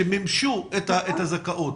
שמימשו את הזכאות.